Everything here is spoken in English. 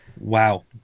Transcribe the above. Wow